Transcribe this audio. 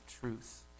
truth